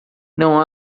não